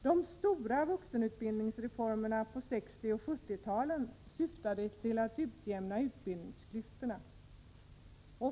De stora vuxenutbildningsreformerna på 60 och 70-talen syftade till att utjämna utbildningsklyftorna.